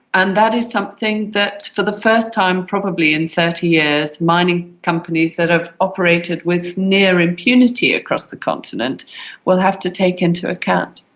and that is something that, for the first time probably in thirty years, mining companies that have operated with near impunity across the continent will have to take into account.